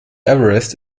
everest